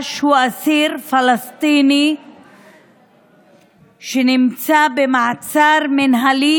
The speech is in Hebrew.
הואש הוא אסיר פלסטיני שנמצא במעצר מינהלי